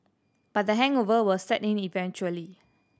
but the hangover will set in eventually